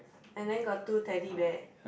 and then got two Teddy Bear